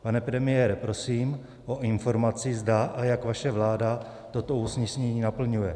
Pane premiére, prosím o informaci, zda a jak vaše vláda toto usnesení naplňuje.